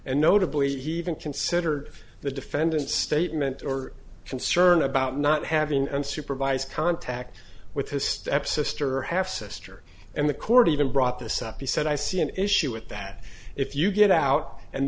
and notably he even considered the defendant's statement or concern about not having unsupervised contact with his stepsister half sister and the court even brought this up he said i see an issue with that if you get out and